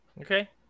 Okay